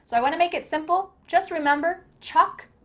so wanna make it simple. just remember, choc-late,